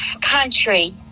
country